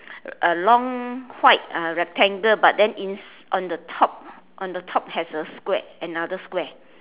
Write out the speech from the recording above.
a long white uh rectangle but then ins~ on the top on the top has a square another square